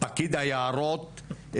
פקיד היערות,